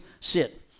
sit